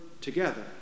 together